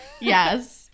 Yes